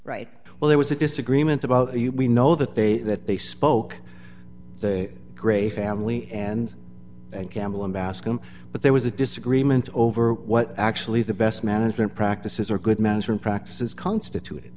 right well there was a disagreement about we know that they that they spoke the grey family and and campbell in bascom but there was a disagreement over what actually the best management practices are good management practices constituted